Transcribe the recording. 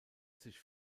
sich